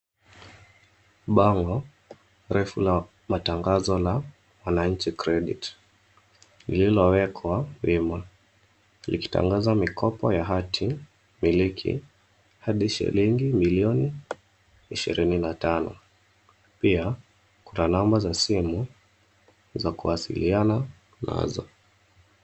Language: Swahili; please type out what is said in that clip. Bango refu la matangazo la Mwananchi Credit lililowekwa wima. Likitangaza mikopo ya hatimiliki hadi shilingi milioni ishirini na tano. Pia kuna namba za simu za kuwasiliana nazo.